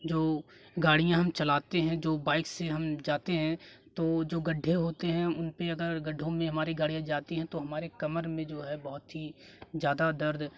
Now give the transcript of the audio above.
जो गाड़ियाँ हम चलाते हैं जो बाइक से हम जाते हैं तो जो गड्ढे होते हैं उन पर अगर गड्ढ़ों में हमारी गाड़ियाँ जाती हैं तो हमारे कमर में जो है बहुत ही ज्यादा दर्द